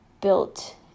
built